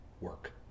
work